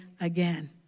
again